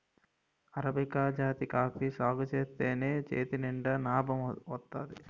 arabica జాతి coffee సాగుజేత్తేనే చేతినిండా నాబం వత్తాది